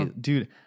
Dude